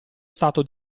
stato